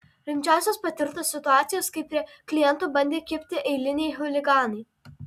rimčiausios patirtos situacijos kai prie klientų bandė kibti eiliniai chuliganai